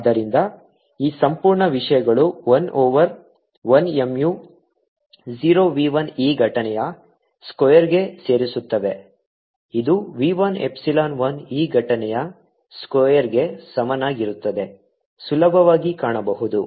ಆದ್ದರಿಂದ ಈ ಸಂಪೂರ್ಣ ವಿಷಯಗಳು 1 ಓವರ್ 1 mu 0 v 1 e ಘಟನೆಯ ಸ್ಕ್ವೇರ್ಗೆ ಸೇರಿಸುತ್ತವೆ ಇದು v 1 epsilon 1 e ಘಟನೆಯ ಸ್ಕ್ವೇರ್ಗೆ ಸಮನಾಗಿರುತ್ತದೆ ಸುಲಭವಾಗಿ ಕಾಣಬಹುದು